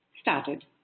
Started